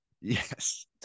Yes